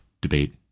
debate